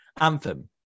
anthem